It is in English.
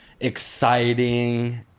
exciting